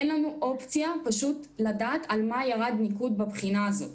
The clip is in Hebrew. כך שפשוט אין לנו אופציה לדעת על מה ירד ניקוד בבחינה הזאת.